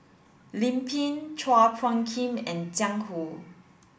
Lim Pin Chua Phung Kim and Jiang Hu